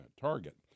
target